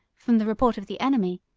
from the report of the enemy,